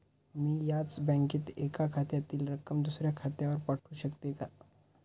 मी याच बँकेत एका खात्यातील रक्कम दुसऱ्या खात्यावर पाठवू शकते का?